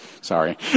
Sorry